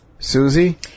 Susie